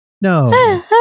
No